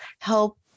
help